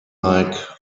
like